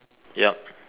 yup